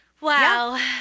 Wow